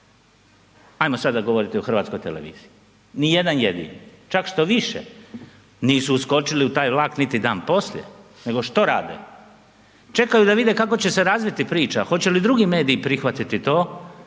Ajmo sada govoriti o Hrvatskoj televiziji, ni jedan jedini, čak štoviše nisu uskočili u taj vlak niti dan poslije, nego što rade? Čekaju da vide kako će se razviti priča, hoće li drugi mediji prihvatiti to,